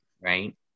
Right